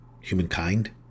humankind